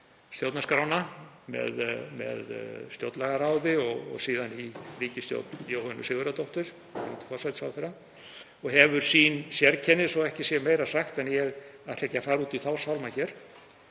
stjórnarskrána með stjórnlagaráði og síðan í ríkisstjórn Jóhönnu Sigurðardóttur forsætisráðherra, og hefur sín sérkenni, svo að ekki sé meira sagt, en ég ætla ekki að fara út í þá sálma hér.